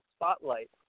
spotlight